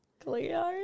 Cleo